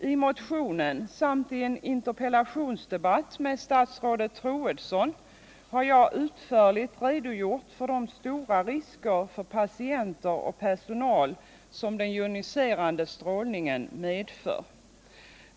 I motionen samt i en interpellationsdebatt med statsrådet Troedsson har jag utförligt redogjort för de stora risker för patienter och personal som den joniserande strålningen medför.